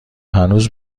هنوز